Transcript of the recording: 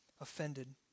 offended